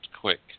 quick